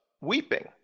weeping